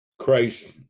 Christ